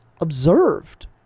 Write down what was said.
observed